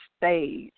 stage